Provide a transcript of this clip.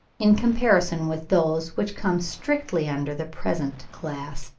in comparison with those which come strictly under the present class.